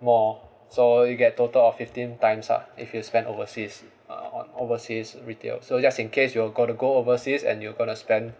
more so you get total of fifteen times up if you spent overseas uh on overseas retail so just in case you got to go overseas and you going to spend